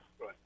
right